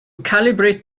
calibrate